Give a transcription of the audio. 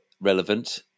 relevant